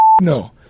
No